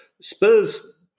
Spurs